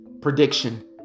prediction